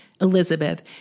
Elizabeth